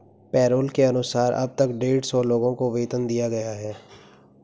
payroll के अनुसार अब तक डेढ़ सौ लोगों को वेतन दिया गया है